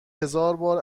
هزاربار